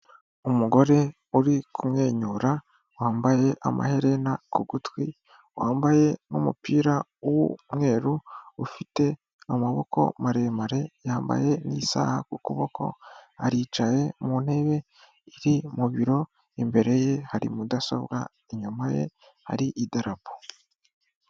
Umugore uri kumwenyura wambaye amaherena ku gutwi, wambaye n'umupira w'umweru ufite amaboko maremare yambaye n'isaha ku kuboko, aricaye mu ntebe iri mu biro imbere ye hari mudasobwa, inyuma ye hari idarapo.